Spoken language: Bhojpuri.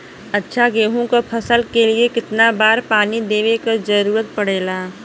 अच्छा गेहूँ क फसल के लिए कितना बार पानी देवे क जरूरत पड़ेला?